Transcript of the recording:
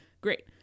Great